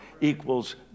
equals